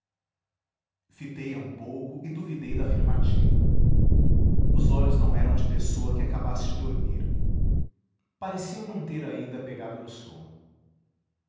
acordar fitei a um pouco e duvidei da afirmativa os olhos não eram de pessoa que acabasse de dormir pareciam não ter ainda pegado no sono